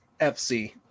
fc